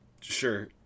Sure